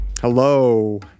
Hello